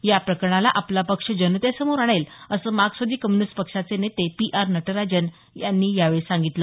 या प्रकरणाला आपला पक्ष जनतेसमोर आणेल असं मार्क्सवादी कम्युनिस्ट पक्षाचे नेते पी आर नटराजन यांनी यावेळी सांगितलं